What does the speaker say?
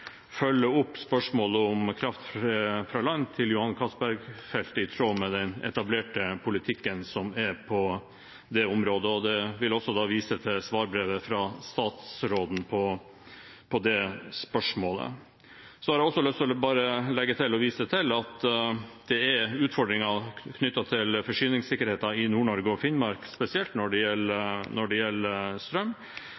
følge opp spørsmålet om kraft fra land til Johan Castberg-feltet i tråd med den etablerte politikken som er på det området. Jeg vil også da vise til svarbrevet fra statsråden på det spørsmålet. Så har jeg lyst til bare å legge til at det vises til at det er utfordringer knyttet til forsyningssikkerheten i Nord-Norge og Finnmark spesielt når det gjelder